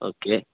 okay